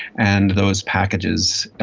and those packages,